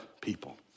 people